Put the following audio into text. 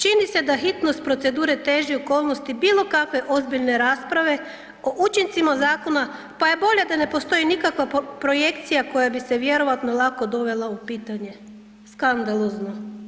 Čini se da hitnost procedure teži okolnosti bilo kakve ozbiljne rasprave o učincima zakona, pa je bolje da ne postoji nikakva projekcija koja bi se vjerojatno lako dovela u pitanje, skandalozno.